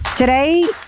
Today